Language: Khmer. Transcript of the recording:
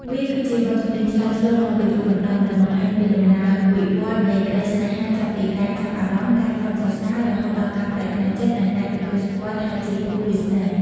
វាគឺជាបទចម្រៀងឆ្លើយឆ្លងដ៏ពីរោះរណ្តំ ដែលបង្ហាញពីដំណើរវិវត្តន៍នៃក្តីស្នេហាចាប់ពី ការចាប់អារម្មណ៍ ការកោតសរសើរ រហូតដល់ការប្តេជ្ញាចិត្ត និងការទទួលស្គាល់ថាជាគូវាសនា។